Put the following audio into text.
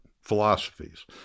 philosophies